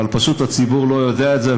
אבל פשוט הציבור לא יודע את זה,